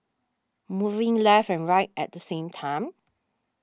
moving left and right at the same time